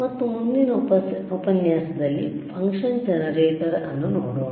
ಮತ್ತು ಮುಂದಿನ ಉಪನ್ಯಾಸದಲ್ಲಿ ಫಂಕ್ಷನ್ ಜನರೇಟರ್ ಅನ್ನು ನೋಡೋಣ